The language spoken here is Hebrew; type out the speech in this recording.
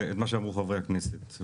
שאמרו חברי הכנסת.